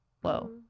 whoa